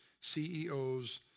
CEOs